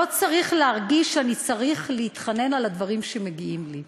לא צריך להרגיש שאני צריך להתחנן על הדברים שמגיעים לי.